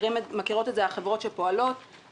מכירות את זה החברות שפועלות.